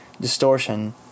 distortion